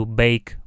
bake